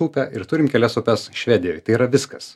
upę ir turim kelias upes švedijoj tai yra viskas